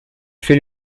fait